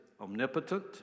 omnipotent